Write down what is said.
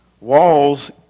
walls